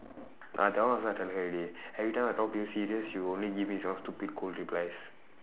ah that one also I tell her already every time I talk to you serious she will only give me some stupid cold replies